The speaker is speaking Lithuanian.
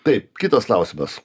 taip kitas klausimas